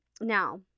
Now